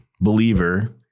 believer